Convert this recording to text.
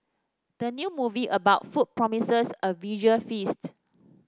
the new movie about food promises a visual feast